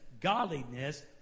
godliness